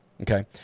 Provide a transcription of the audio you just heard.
okay